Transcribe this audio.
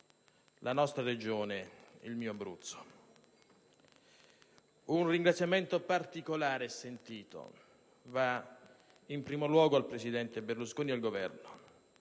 la nostra Regione, il mio Abruzzo. Un ringraziamento particolare e sentito va in primo luogo al presidente Berlusconi e al Governo,